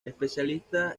especialista